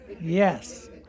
Yes